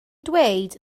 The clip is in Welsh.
dweud